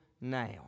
now